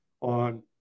on